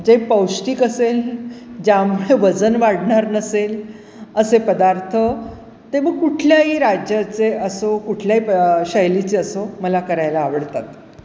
जे पौष्टिक असेल ज्यामुळे वजन वाढणार नसेल असे पदार्थ ते मग कुठल्याही राज्याचे असो कुठल्याही शैलीचे असो मला करायला आवडतात